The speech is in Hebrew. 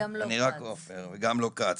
אני רק עופר וגם לא כץ,